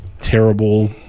terrible